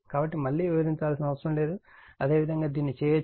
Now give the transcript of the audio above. కాబట్టి మళ్ళీ వివరించాల్సిన అవసరం లేదు అదే విధంగా దీన్ని చేయవచ్చు